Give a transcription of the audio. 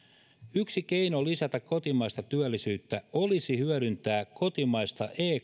yksi keino lisätä kotimaista työllisyyttä olisi hyödyntää kotimaista e